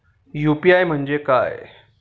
UPI म्हणजे काय?